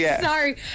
Sorry